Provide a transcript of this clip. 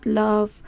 love